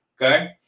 Okay